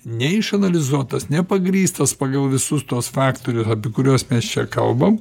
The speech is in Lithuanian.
neišanalizuotas nepagrįstas pagal visus tuos faktorius apie kuriuos mes čia kalbam